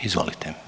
Izvolite.